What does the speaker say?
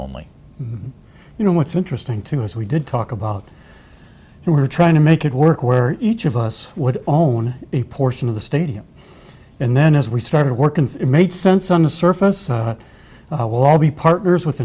only you know what's interesting to me was we did talk about we were trying to make it work where each of us would own a portion of the stadium and then as we started working it made sense on the surface will all be partners with